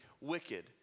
wicked